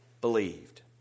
believed